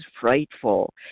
frightful